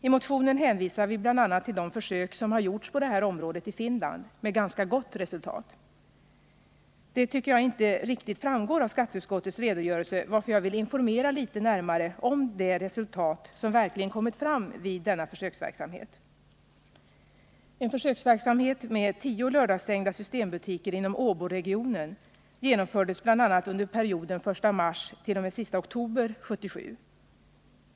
I motionen hänvisar vi bl.a. till de försök som har gjorts på det här området i Finland och som givit ganska gott resultat. Detta tycker jag inte riktigt framgår av skatteutskottets redogörelse, varför jag villinformera litet närmare om de resultat som verkligen kommit fram vid denna försöksverksamhet. En försöksverksamhet med tio lördagsstängda systembutiker inom Åboregionen genomfördes bl.a. under perioden den 1 mars t.o.m. den 31 oktober 1977.